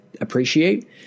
appreciate